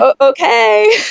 okay